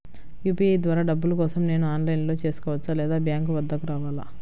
UPI ద్వారా డబ్బులు కోసం నేను ఆన్లైన్లో చేసుకోవచ్చా? లేదా బ్యాంక్ వద్దకు రావాలా?